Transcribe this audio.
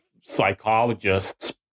psychologists